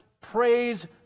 Praise